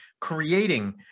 creating